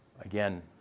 again